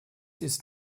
ist